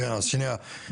נכון.